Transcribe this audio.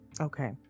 Okay